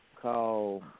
called